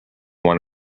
one